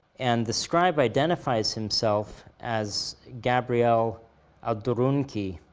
and the scribe identifies himself as gabrielle aldurunqui.